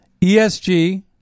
ESG